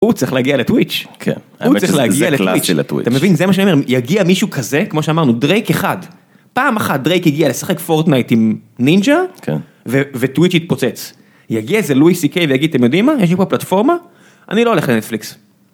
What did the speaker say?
הוא צריך להגיע לטוויץ', הוא צריך להגיע לטוויץ', זה קלאסי לטוויץ', אתה מבין, זה מה שאני אומר, יגיע מישהו כזה, כמו שאמרנו, דרייק אחד, פעם אחת דרייק יגיע לשחק פורטנייט עם נינג'ה, וטוויץ' יתפוצץ. יגיע איזה לואי סי-קיי ויגיד, אתם יודעים מה, יש לי פה פלטפורמה, אני לא הולך לנטפליקס.